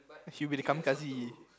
she'll be the kamikaze